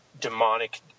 demonic